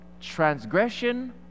Transgression